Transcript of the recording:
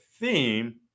theme